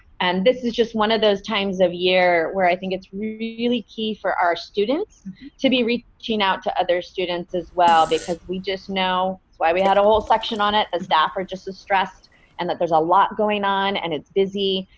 and this is just one of those times of year where i think it's key for our students to be reaching out to other students as well, because we just know it's why we had a whole section on it. and staff are just as stressed and that there's a lot going on and it's busy.